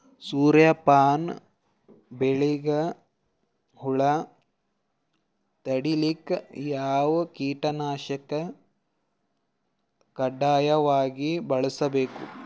ಸೂರ್ಯಪಾನ ಬೆಳಿಗ ಹುಳ ತಡಿಲಿಕ ಯಾವ ಕೀಟನಾಶಕ ಕಡ್ಡಾಯವಾಗಿ ಬಳಸಬೇಕು?